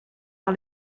par